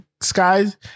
skies